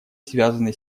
связаны